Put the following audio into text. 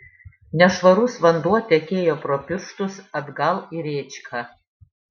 nešvarus vanduo tekėjo pro pirštus atgal į rėčką